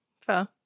Fair